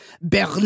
Bernard